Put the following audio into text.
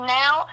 now